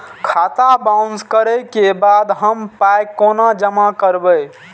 खाता बाउंस करै के बाद हम पाय कोना जमा करबै?